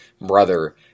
brother